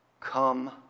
come